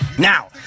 Now